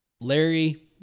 Larry